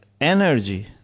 energy